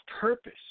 purpose